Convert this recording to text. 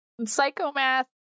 psychomath